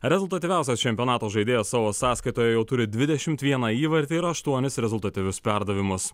rezultatyviausias čempionato žaidėjas savo sąskaitoje jau turi dvidešimt vieną įvartį ir aštuonis rezultatyvius perdavimus